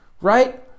right